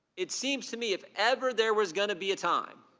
it seems to me if ever there was going to be a time